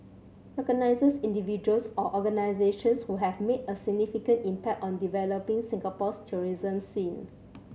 recognises individuals or organisations who have made a significant impact on developing Singapore's tourism scene